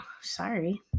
sorry